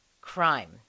crime